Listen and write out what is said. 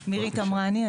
שמי מירית עמרני.